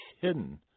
hidden